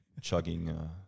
chugging